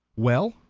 well,